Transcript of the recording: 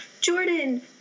Jordan